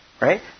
Right